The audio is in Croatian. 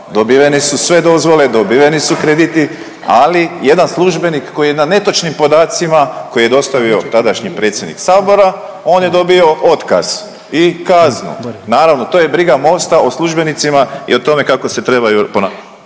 dobivene su sve dozvole, dobiveni su krediti, ali jedan službenik koji je na netočnim podacima koje je dostavio tadašnji predsjednik sabora on je dobio otkaz i kaznu, naravno to je briga Mosta o službenicima i o tome kako se trebaju ponašati.